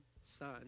son